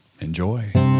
enjoy